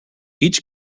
each